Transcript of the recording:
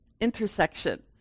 intersection